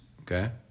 okay